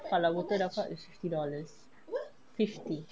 kalau betul dapat is fifty dollars fifty